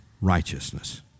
righteousness